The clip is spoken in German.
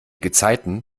gezeiten